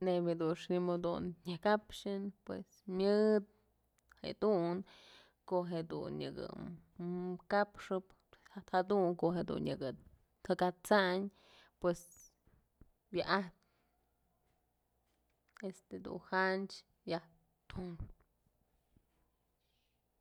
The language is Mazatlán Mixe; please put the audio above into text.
Neybyë dun ximëdun nyakapxën pues myëdë jedun ko'o jedun nyëkë kapxëp jadun ko'o jedun nyaka takat'sayn pues wa'ajpyë este dun janchë yaj tum.